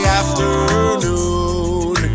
afternoon